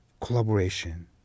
collaboration